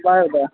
bye అబ్బా